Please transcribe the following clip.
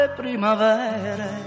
primavere